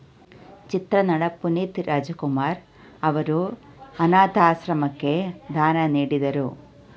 ಚಿತ್ರನಟ ಪುನೀತ್ ರಾಜಕುಮಾರ್ ಅವರು ಅನಾಥಾಶ್ರಮಕ್ಕೆ ದಾನ ನೀಡಿದರು